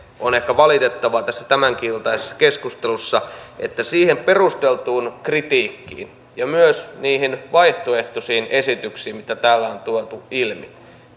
on ehkä valitettavaa tässä tämäniltaisessakin keskustelussa että siihen perusteltuun kritiikkiin ja myös niihin vaihtoehtoisiin esityksiin mitä täällä on tuotu ilmi